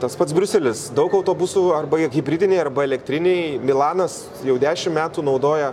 tas pats briuselis daug autobusų arba jie hibridiniai arba elektriniai milanas jau dešim metų naudoja